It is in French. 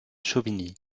chauvigny